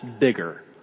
bigger